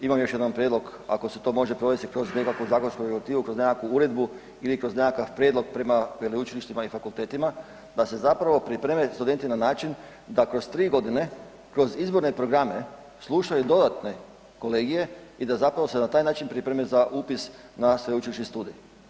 Imam još jedan prijedlog ako se to može provesti kroz nekakvu zakonsku regulativu, kroz nekakvu uredbu ili kroz nekakav prijedlog prema veleučilištima i fakultetima da se zapravo pripreme studente na način da kroz 3.g. kroz izborne programe slušaju dodatne kolegije i da zapravo se na taj način pripreme za upis na sveučilišni studij.